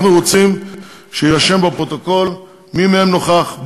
אנחנו רוצים שיירשם בפרוטוקול מי מהם נוכח,